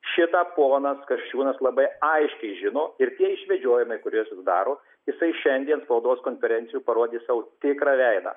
šitą ponas kasčiūnas labai aiškiai žino ir tie išvedžiojimai kuries jis daro jisai šiandien spaudos konferencijoj parodė savo tikrą veidą